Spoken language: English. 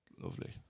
Lovely